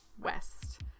West